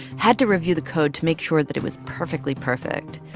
had to review the code to make sure that it was perfectly perfect.